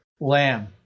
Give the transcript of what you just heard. lamb